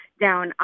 down